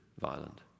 violent